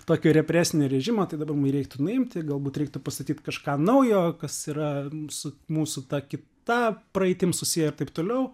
tokio represinio režimo tai dabar reiktų nuimti galbūt reiktų pastatyt kažką naujo kas yra su mūsų ta kita praeitim susiję ir taip toliau